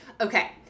okay